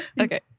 Okay